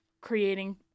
creating